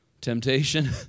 Temptation